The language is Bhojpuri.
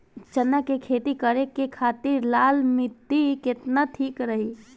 चना के खेती करे के खातिर लाल मिट्टी केतना ठीक रही?